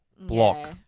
Block